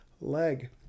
leg